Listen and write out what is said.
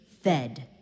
fed